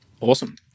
Awesome